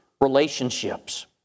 relationships